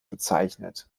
bezeichnet